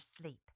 Sleep